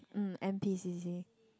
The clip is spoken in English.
um n_p_c_c